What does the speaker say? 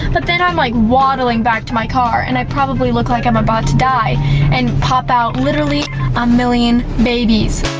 but then i'm like waddling back to my car and i probably look like i'm about to die and pop out literally a million babies.